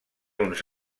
uns